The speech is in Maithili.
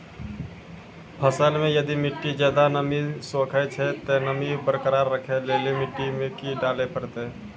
फसल मे यदि मिट्टी ज्यादा नमी सोखे छै ते नमी बरकरार रखे लेली मिट्टी मे की डाले परतै?